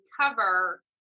cover